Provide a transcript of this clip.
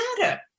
matter